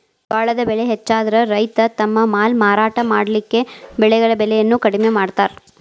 ಜ್ವಾಳದ್ ಬೆಳೆ ಹೆಚ್ಚಾದ್ರ ರೈತ ತಮ್ಮ ಮಾಲ್ ಮಾರಾಟ ಮಾಡಲಿಕ್ಕೆ ಬೆಳೆಗಳ ಬೆಲೆಯನ್ನು ಕಡಿಮೆ ಮಾಡತಾರ್